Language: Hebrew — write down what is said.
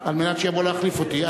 כדי שיבוא להחליף אותי?